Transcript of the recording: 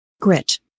Grit